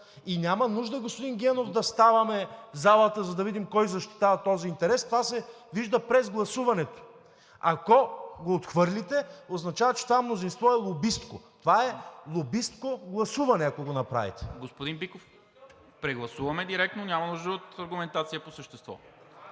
И няма нужда, господин Генов, да ставаме в залата, за да видим кой защитава този интерес, това се вижда през гласуването. Ако го отхвърлите, означава, че това мнозинство е лобистко. Това е лобистко гласуване, ако го направите. ПРЕДСЕДАТЕЛ НИКОЛА МИНЧЕВ: Господин Биков, прегласуваме директно, няма нужда от аргументация по същество.